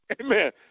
Amen